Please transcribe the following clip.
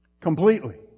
Completely